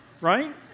Right